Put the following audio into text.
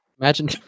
Imagine